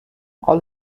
all